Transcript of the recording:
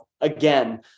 again